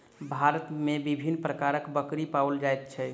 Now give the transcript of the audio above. भारत मे विभिन्न प्रकारक बकरी पाओल जाइत छै